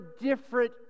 different